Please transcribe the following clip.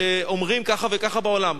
שאומרים ככה וככה בעולם.